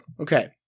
Okay